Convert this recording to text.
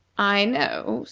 i know,